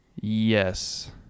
Yes